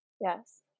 Yes